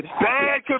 Bad